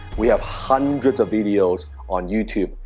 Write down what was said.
we have hundreds of videos on youtube.